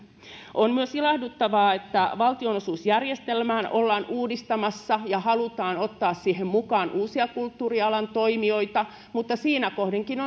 on myös ilahduttavaa että valtionosuusjärjestelmää ollaan uudistamassa ja halutaan ottaa siihen mukaan uusia kulttuurialan toimijoita mutta siinä kohdinkin